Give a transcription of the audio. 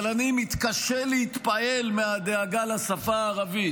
אבל אני מתקשה להתפעל מהדאגה לשפה הערבית.